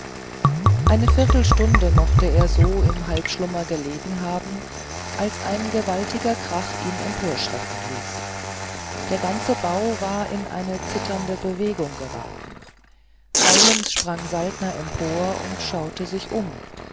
eine viertelstunde mochte er so im halbschlummer gelegen haben als ein gewaltiger krach ihn emporschrecken ließ der ganze bau war in eine zitternde bewegung geraten eilends sprang saltner empor und schaute sich um